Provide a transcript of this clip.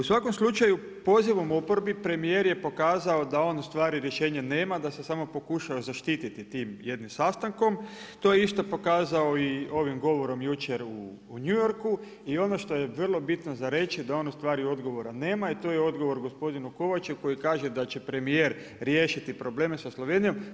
U svakom slučaju pozivom oporbi, premijer je pokazao da on rješenje nema, da se samo pokušao zaštititi tim jednim sastankom, to je isto pokazao i ovim govorom jučer u New Yorku i ono što je vrlo bitno za reći da on odgovora nema i to je odgovor gospodinu Kovaču koji kaže da će premijer riješiti probleme sa Slovenijom.